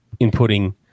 inputting